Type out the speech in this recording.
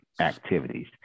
activities